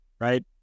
right